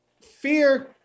fear